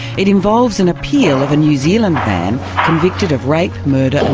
it involves an appeal of a new zealand man convicted of rape, murder